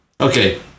Okay